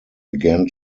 began